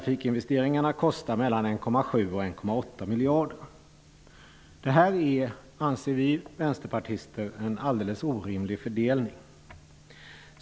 Vi vänsterpartister anser att det är en alldeles orimlig fördelning.